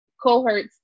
cohorts